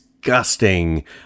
disgusting